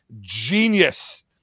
genius